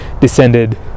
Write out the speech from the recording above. descended